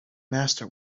master